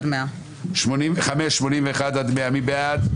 מי בעד?